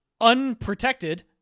unprotected